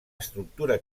estructura